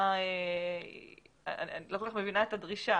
אני לא כל כך מבינה את הדרישה,